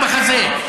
אחד בחזה.